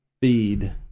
feed